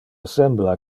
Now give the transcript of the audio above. sembla